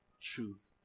truth